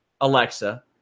Alexa